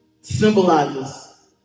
symbolizes